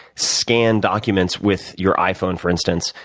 scan documents with your iphone, for instance,